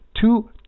two